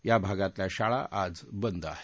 या भागातल्या शाळा आज बंद आहेत